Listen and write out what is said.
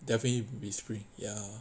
definitely be spring ya